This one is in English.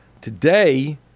Today